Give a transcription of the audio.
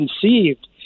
conceived